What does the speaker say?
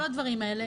כל הדברים האלה.